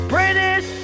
British